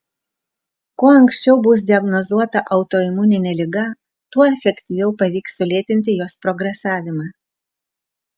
kuo anksčiau bus diagnozuota autoimuninė liga tuo efektyviau pavyks sulėtinti jos progresavimą